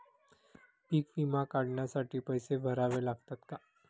पीक विमा काढण्यासाठी पैसे भरावे लागतात का?